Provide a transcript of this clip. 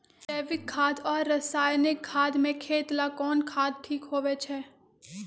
जैविक खाद और रासायनिक खाद में खेत ला कौन खाद ठीक होवैछे?